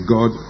God